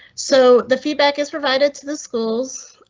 so the feedback is provided to the schools,